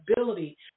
ability